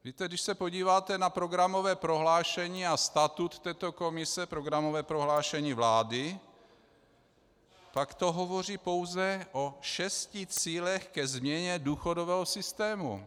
Víte, když se podíváte na programové prohlášení a statut této komise, programové prohlášení vlády, tak to hovoří pouze o šesti cílech ke změně důchodového systému.